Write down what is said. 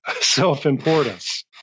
self-importance